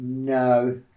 No